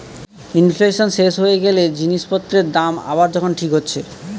inflation শেষ হয়ে গ্যালে জিনিস পত্রের দাম আবার যখন ঠিক হচ্ছে